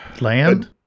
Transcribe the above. land